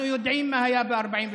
אנחנו יודעים מה היה ב-48'.